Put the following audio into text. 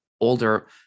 older